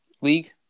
League